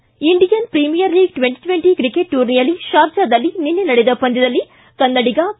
Indian premier league twenty twenty cricket ಟೂರ್ನಿಯಲ್ಲಿ ಶಾರ್ಜಾದಲ್ಲಿ ನಿನ್ನೆ ನಡೆದ ಪಂದ್ಯದಲ್ಲಿ ಕನ್ನಡಿಗ ಕೆ